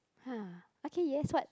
!ha! okay yes what